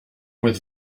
with